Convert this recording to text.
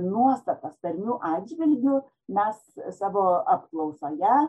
nuostatas tarmių atžvilgiu mes savo apklausoje